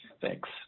Thanks